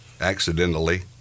accidentally